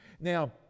Now